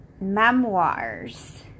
memoirs